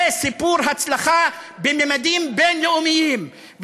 זה סיפור הצלחה בממדים בין-לאומיים.